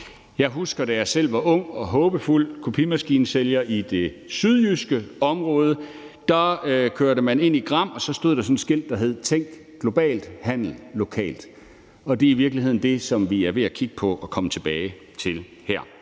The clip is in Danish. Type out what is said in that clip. Jeg husker, da jeg selv var ung og håbefuld kopimaskinesælger i det sydjyske område. Der kørte man ind i Gram, og så var der et skilt, hvorpå der stod »Tænk globalt, handl lokalt«. Det er i virkeligheden det, som vi er ved at kigge på at komme tilbage til her.